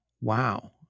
wow